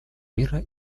мира